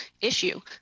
issue